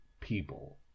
people